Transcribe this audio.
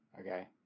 Okay